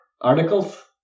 Articles